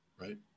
Right